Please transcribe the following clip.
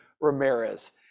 Ramirez